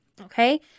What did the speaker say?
okay